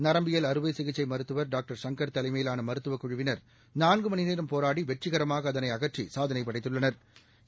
நரம்பியல் அறுவை சிகிச்சை மருத்துவா் டாங்டா் சங்கா் தலைமையிலான மருத்துவக் குழுவினா் நான்கு மணி நேரம் போராடி வெற்றிகரமாக அதனை அகற்றி சாதனை படைத்துள்ளனா்